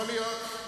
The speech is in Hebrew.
יכול להיות.